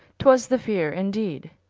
twas the feare indeed,